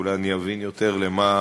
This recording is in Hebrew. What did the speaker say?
אולי אני אבין יותר למה